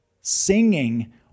singing